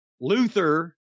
Luther